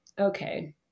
Okay